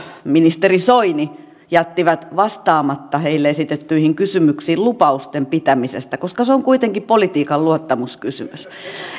ministeri soini jättivät vastaamatta heille esitettyihin kysymyksiin lupausten pitämisestä koska se on kuitenkin politiikan luottamuskysymys